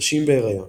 נשים בהיריון